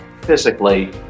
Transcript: physically